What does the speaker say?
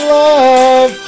love